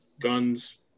guns